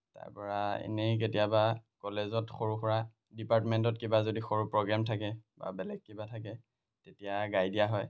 তাৰপৰা এনেই কেতিয়াবা কলেজত সৰু সুৰা ডিপাৰ্টমেণ্টত কিবা যদি সৰু প্ৰগ্ৰেম থাকে বা বেলেগ কিবা থাকে তেতিয়া গাই দিয়া হয়